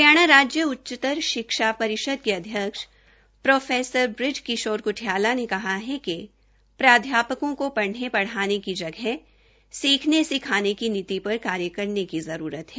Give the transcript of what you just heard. हरियाणा राज्य उच्च शिक्षा परिषद के अध्यक्ष प्रो बृज किशोर क्ठियाला ने कहा है कि प्राध्यापकों को पढ़ने पढ़ाने की जगह सीखने की नीति पर कार्य करने की आवश्यकता है